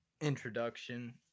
Introduction